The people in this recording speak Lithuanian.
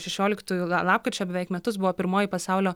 šešioliktųjų la lapkričio beveik metus buvo pirmoji pasaulio